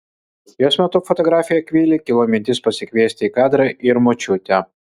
jos metu fotografei akvilei kilo mintis pasikviesti į kadrą ir močiutę